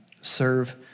serve